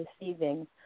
receiving